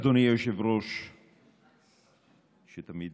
אדוני היושב-ראש, תמיד